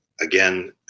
again